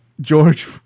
George